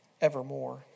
evermore